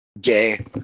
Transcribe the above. Gay